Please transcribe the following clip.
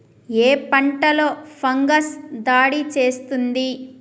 ఏ పంటలో ఫంగస్ దాడి చేస్తుంది?